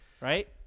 Right